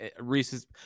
Reese's